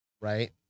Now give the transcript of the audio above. Right